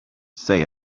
say